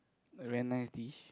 very nice dish